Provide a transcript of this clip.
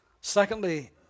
secondly